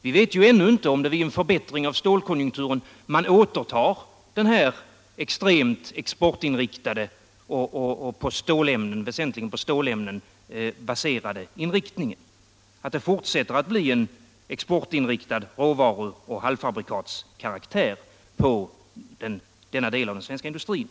Vi vet ännu inte om man, vid en förbättring av stålkonjunkturen, återtar den extremt exportinriktade och väsentligen på stålämnen baserade inriktningen. Vi vet inte om det fortsätter att bli en exportinriktad råvaruoch halvfabrikatskaraktär på denna del av den svenska industrin.